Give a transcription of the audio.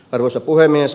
arvoisa puhemies